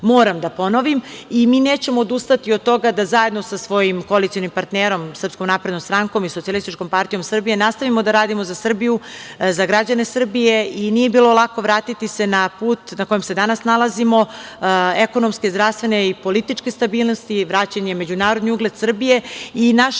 moram da ponovim i mi nećemo odustati od toga da zajedno sa svojim koalicionim partnerom SNS i SPS nastavimo da radimo za Srbiju, za građane Srbije i nije bilo lako vratiti se na put na kojem se danas nalazimo, ekonomske, zdravstvene i političke stabilnosti, vraćen je i međunarodni ugled Srbije. Naš